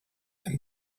and